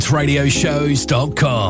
Radioshows.com